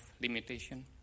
limitation